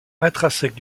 intrinsèque